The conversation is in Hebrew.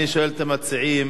אני שואל את המציעים,